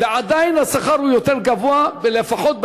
עדיין השכר יותר גבוה ב-40% לפחות,